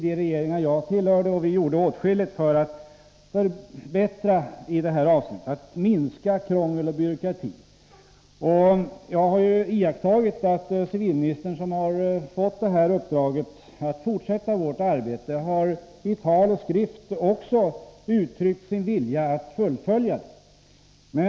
De regeringar jag tillhörde gjorde åtskilligt för att förbättra i detta avseende och minska krångel och byråkrati. Jag har iakttagit att också civilministern, som har fått uppdraget att fortsätta vårt arbete, har i tal och skrift uttryckt sin vilja att fullfölja det.